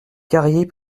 carrier